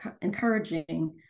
encouraging